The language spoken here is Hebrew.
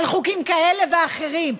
על חוקים כאלה ואחרים,